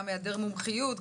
גם היעדר מומחיות,